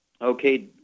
Okay